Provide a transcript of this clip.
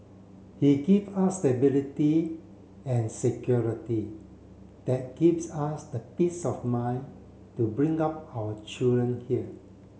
he give us stability and security that gives us the peace of mind to bring up our children here